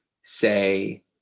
say